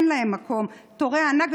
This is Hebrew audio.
ואין להם מקום בגלל תורי ענק.